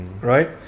Right